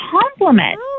compliment